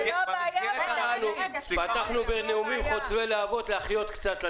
הכנסת, פתחנו בנאומים חוצבי להבות, להחיות קצת.